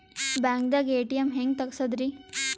ಬ್ಯಾಂಕ್ದಾಗ ಎ.ಟಿ.ಎಂ ಹೆಂಗ್ ತಗಸದ್ರಿ?